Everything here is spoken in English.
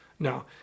Now